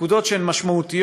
נקודות שהן משמעותיות